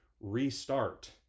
restart